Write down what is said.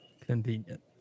Convenient